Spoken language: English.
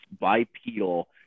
bipedal